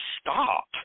stop